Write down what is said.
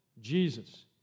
Jesus